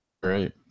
Great